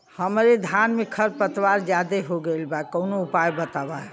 हमरे धान में खर पतवार ज्यादे हो गइल बा कवनो उपाय बतावा?